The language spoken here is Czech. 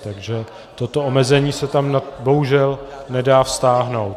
Takže toto omezení se tam bohužel nedá vztáhnout.